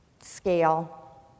scale